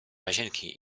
łazienki